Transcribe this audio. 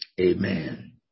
Amen